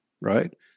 right